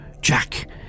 Jack